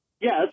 Yes